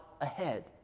ahead